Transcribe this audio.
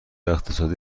اقتصادی